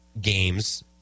games